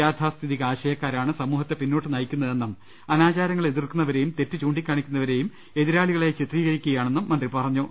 യാഥാസ്ഥിക ആശയക്കാ രാണ് സമൂഹത്തെ പിന്നോട്ട് നയിക്കുന്നതെന്നും അനാചാരങ്ങളെ എതിർക്കുന്നവരെയും തെറ്റ് ചൂണ്ടി ക്കാണിക്കുന്നവരെയും എതിരാളികളായി ചിത്രീകരിക്കു കയാണെന്നും മന്ത്രി പറഞ്ഞു